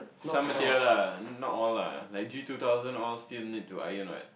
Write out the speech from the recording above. some material lah not all lah like G two thousand all still need to iron what